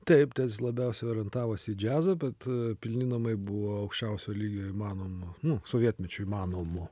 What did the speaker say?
taip tėtis labiausiai orientavosi į džiazą bet pilni namai buvo aukščiausio lygio įmanomo nu sovietmečiu įmanomo